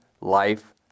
life